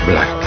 Black